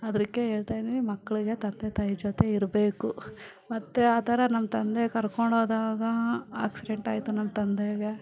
ಅದ್ರಿಕ್ಕೆ ಹೇಳ್ತ ಇದ್ದೀನಿ ಮಕ್ಕಳಿಗೆ ತಂದೆ ತಾಯಿ ಜೊತೆ ಇರಬೇಕು ಮತ್ತು ಆ ಥರ ನಮ್ಮ ತಂದೆ ಕರ್ಕೊಂಡು ಹೋದಾಗ ಆಕ್ಸಿಡೆಂಟ್ ಆಯಿತು ನಮ್ಮ ತಂದೆಗೆ